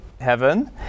heaven